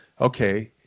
Okay